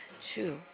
Two